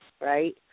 right